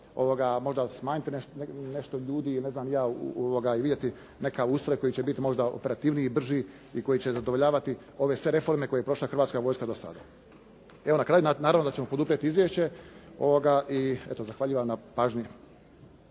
Možda smanjiti nešto ljudi, ne znam ni ja, i vidjeti nekakav ustroj koji će biti možda operativniji, brži i koji će zadovoljavati ove sve reforme koje je prošla Hrvatska vojska do sada. Evo na kraju, naravno da ćemo poduprijeti izvješće i eto, zahvaljujem na pažnji.